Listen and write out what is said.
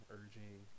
urging